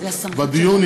בדיון,